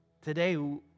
Today